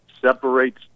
separates